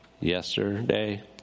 Yesterday